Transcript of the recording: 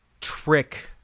trick